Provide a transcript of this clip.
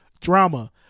drama